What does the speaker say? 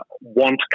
want